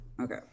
Okay